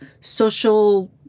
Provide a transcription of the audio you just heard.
social